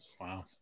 wow